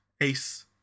Ace